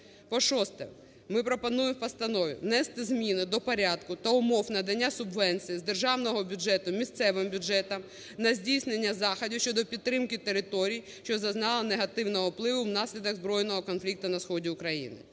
По-шосте, ми пропонуємо в постанові внести зміни до порядку та умов надання субвенцій з державного бюджету місцевим бюджетам на здійснення заходів щодо підтримки територій, що зазнали негативного впливу внаслідок збройного конфлікту на сході України.